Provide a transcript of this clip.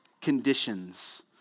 conditions